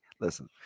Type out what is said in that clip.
listen